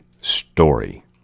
story